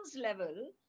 level